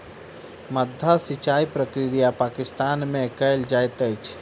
माद्दा सिचाई प्रक्रिया पाकिस्तान में कयल जाइत अछि